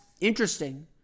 interesting